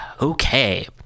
Okay